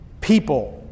people